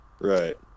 right